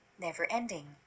never-ending